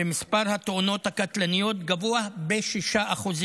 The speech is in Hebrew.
ומספר התאונות הקטלניות גבוה ב-6%.